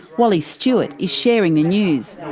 wally stewart is sharing the news.